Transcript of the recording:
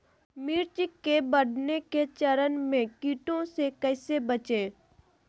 मिर्च के बढ़ने के चरण में कीटों से कैसे बचये?